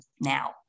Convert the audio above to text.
now